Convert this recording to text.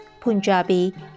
Punjabi